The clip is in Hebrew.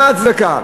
מה ההצדקה?